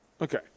Okay